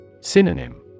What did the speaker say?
Synonym